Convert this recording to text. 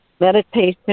meditation